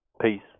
peace